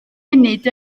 munud